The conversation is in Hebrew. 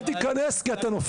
אל תיכנס, כי אתה נופל.